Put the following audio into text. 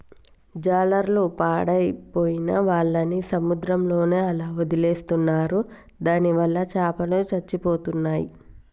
జాలర్లు పాడైపోయిన వాళ్ళని సముద్రంలోనే అలా వదిలేస్తున్నారు దానివల్ల చాపలు చచ్చిపోతున్నాయి